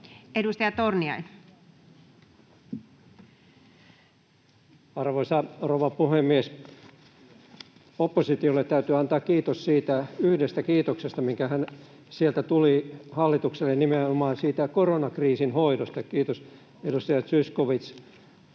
15:41 Content: Arvoisa rouva puhemies! Oppositiolle täytyy antaa kiitos siitä yhdestä kiitoksesta, mikä sieltä tuli hallitukselle nimenomaan koronakriisin hoidosta. — Kiitos, edustaja Zyskowicz.